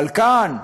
אבל כאן,